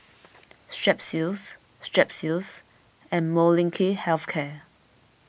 Strepsils Strepsils and Molnylcke Health Care